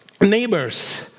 neighbors